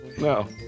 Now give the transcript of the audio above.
no